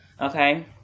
Okay